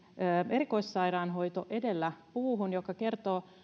erikoissairaanhoito edellä puuhun mistä kertoo